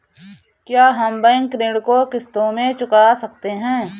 क्या हम बैंक ऋण को किश्तों में चुका सकते हैं?